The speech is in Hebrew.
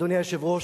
אדוני היושב-ראש,